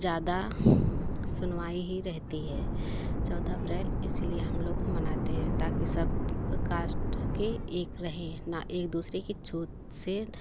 ज्यादा सुनवाई ही रहती है चौदह अप्रैल इसलिए हम लोग मनाते हैं ताकि सब कास्ट के एक रहे ना एक दूसरे की झूठ से